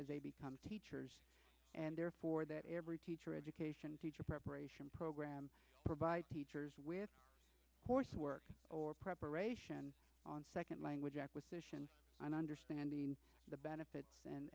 a become teachers and therefore that every teacher education teacher preparation program provides teachers with course work or preparation on second language acquisition and understanding the benefits and